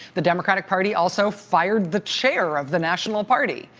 the democratic party also fired the chair of the national party,